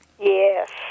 Yes